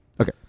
Okay